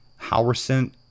Howerson